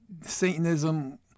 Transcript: Satanism